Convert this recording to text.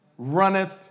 runneth